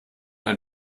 ein